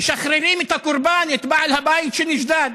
משחררים את הקורבן, את בעל הבית שנשדד.